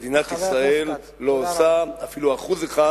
מדינת ישראל לא עושה אפילו אחוז אחד